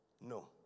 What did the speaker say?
No